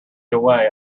away